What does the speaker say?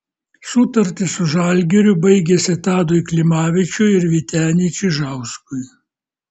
sutartys su žalgiriu baigėsi tadui klimavičiui ir vyteniui čižauskui